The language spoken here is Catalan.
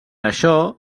això